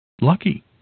Lucky